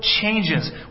changes